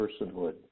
personhood